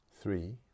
three